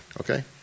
okay